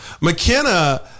McKenna